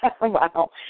Wow